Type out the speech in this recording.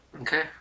Okay